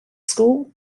school